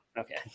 Okay